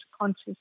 conscious